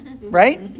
right